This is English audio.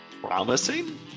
promising